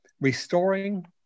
restoring